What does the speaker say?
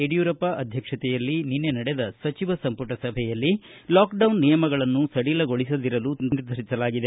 ಯಡಿಯೂರಪ್ಪ ಅಧ್ಯಕ್ಷತೆಯಲ್ಲಿ ನಿನ್ನೆ ನಡೆದ ಸಚಿವ ಸಂಮಟ ಸಭೆಯಲ್ಲಿ ಲಾಕ್ಡೌನ್ ನಿಯಮಗಳನ್ನು ಸಡಿಲಗೊಳಿಸದಿರಲು ನಿರ್ಧರಿಸಲಾಗಿದೆ